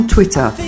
Twitter